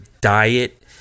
diet